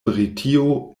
britio